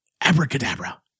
abracadabra